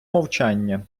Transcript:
мовчання